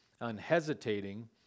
unhesitating